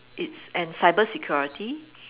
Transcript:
it's and cybersecurity